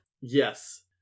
Yes